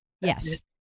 Yes